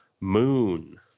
Moon